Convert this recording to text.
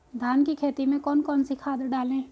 धान की खेती में कौन कौन सी खाद डालें?